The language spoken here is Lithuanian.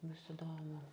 bus įdomu